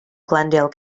glendale